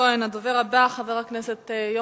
חבר הכנסת כהן.